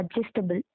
adjustable